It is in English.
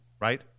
right